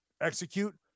execute